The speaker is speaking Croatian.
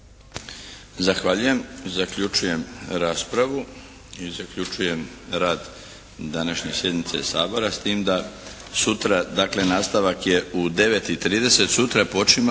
Zahvaljujem. Zaključujem raspravu. I zaključujem rad današnje sjednice Sabora, s tim da sutra dakle nastavak je u 9,30 sati. Sutra počinjemo